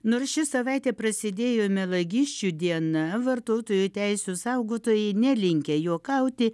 nors ši savaitė prasidėjo melagysčių diena vartotojų teisių saugotojai nelinkę juokauti